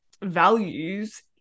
values